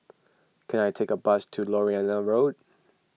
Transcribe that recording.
can I take a bus to Lornie Road